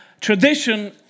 Tradition